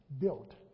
built